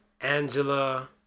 Angela